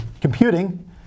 computing